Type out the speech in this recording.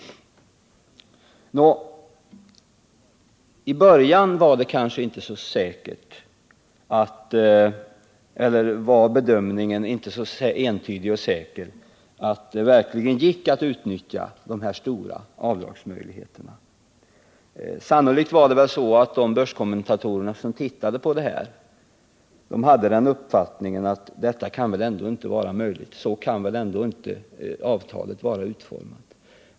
I början var det kanske inte möjligt att göra en entydig och säker bedömning av att det verkligen gick att utnyttja de här stora avdragsmöjligheterna. Sannolikt hade de börskommentatorer som studerade det här fallet den uppfattningen att detta kunde väl inte vara möjligt. så kunde väl avtalet ändå inte vara utformat.